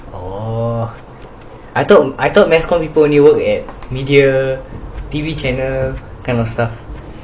oh I thought I thought mass comm people only work at media T_V channel kind of stuff